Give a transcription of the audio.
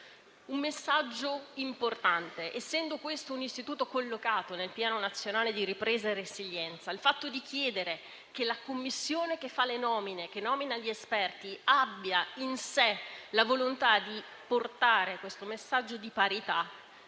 un messaggio importante. Essendo questo un istituto collocato nel Piano nazionale di ripresa e resilienza, il fatto di chiedere che la commissione che nomina gli esperti avesse in sé la volontà di portare questo messaggio di parità,